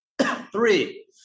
three